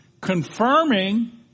confirming